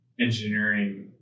engineering